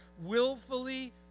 willfully